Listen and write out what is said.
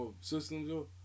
systems